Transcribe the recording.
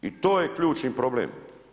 I to je ključni problem.